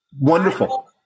Wonderful